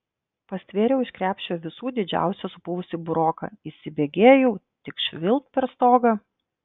pastvėriau iš krepšio visų didžiausią supuvusį buroką įsibėgėjau tik švilpt per stogą